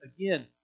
again